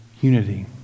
unity